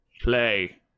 play